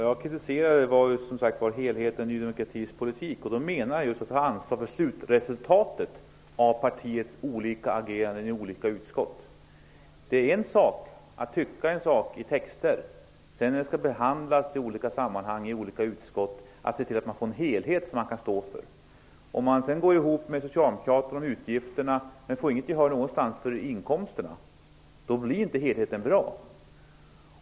Fru talman! Jag kritiserade helheten i Ny demokratis politik. Jag menar att man måste ta ansvar för slutresultatet av partiets olika ageranden i olika utskott. Att tycka något i en text är en sak, men det är en helt annan sak att se till att det blir en helhet som man kan stå för när frågan behandlas i olika sammanhang och i olika utskott. Om man går ihop med Socialdemokraterna om utgifterna men inte får gehör någonstans för inkomsterna, blir inte helheten bra.